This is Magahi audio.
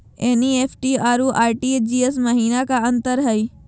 एन.ई.एफ.टी अरु आर.टी.जी.एस महिना का अंतर हई?